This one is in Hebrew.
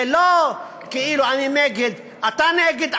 זה לא כאילו "אני נגד" אתה נגד?